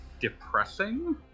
depressing